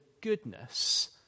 goodness